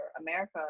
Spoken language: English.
America